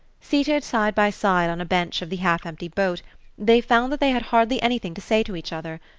seated side by side on a bench of the half-empty boat they found that they had hardly anything to say to each other,